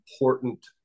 important